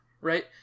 right